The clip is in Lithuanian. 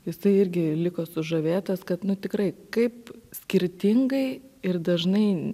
jisai irgi liko sužavėtas kad nu tikrai kaip skirtingai ir dažnai